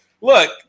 Look